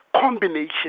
combination